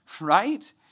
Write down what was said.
right